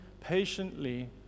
patiently